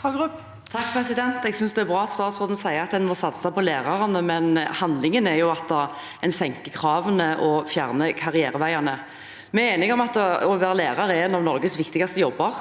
(H) Jeg synes det er bra at statsråden sier at en må satse på lærerne, men handlingen er jo at en senker kravene og fjerner karriereveiene. Vi er enige om at det å være lærer er en av Norges viktigste jobber.